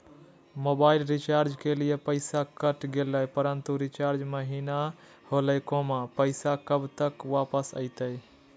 Mobile recharge के लिए पैसा कट गेलैय परंतु रिचार्ज महिना होलैय, पैसा कब तक वापस आयते?